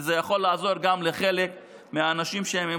וזה יכול לעזור גם לחלק מהאנשים שהם עם